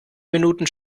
minuten